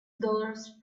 dollars